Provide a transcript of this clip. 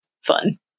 fun